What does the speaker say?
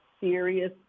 serious